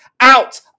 out